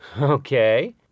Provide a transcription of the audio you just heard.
Okay